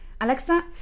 Alexa